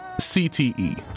CTE